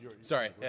sorry